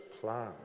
plan